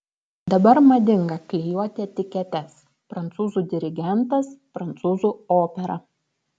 dabar madinga klijuoti etiketes prancūzų dirigentas prancūzų opera